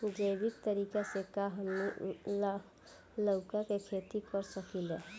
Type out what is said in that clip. जैविक तरीका से का हमनी लउका के खेती कर सकीला?